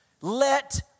let